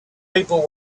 people